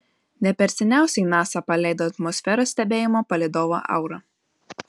ne per seniausiai nasa paleido atmosferos stebėjimo palydovą aura